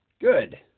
Good